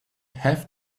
have